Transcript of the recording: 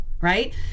Right